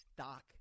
stock